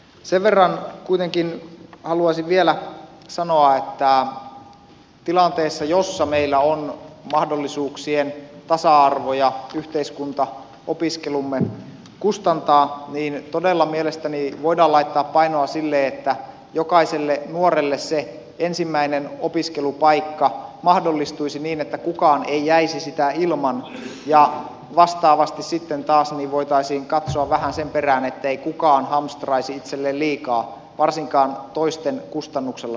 sen verran kuitenkin haluaisin vielä sanoa että tilanteessa jossa meillä on mahdollisuuksien tasa arvo ja yhteiskunta opiskelumme kustantaa todella mielestäni voidaan laittaa painoa sille että jokaiselle nuorelle se ensimmäinen opiskelupaikka mahdollistuisi niin että kukaan ei jäisi sitä ilman ja vastaavasti sitten taas voitaisiin katsoa vähän sen perään ettei kukaan hamstraisi itselleen liikaa varsinkaan toisten kustannuksella niitä opiskelupaikkoja